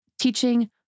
teaching